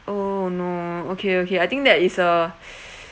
oh no okay okay I think that is a